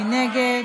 מי נגד?